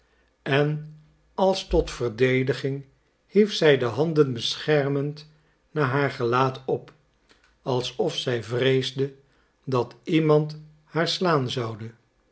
en als tot verdediging hief zij de handen beschermend naar haar gelaat op alsof zij vreesde dat iemand haar slaan zoude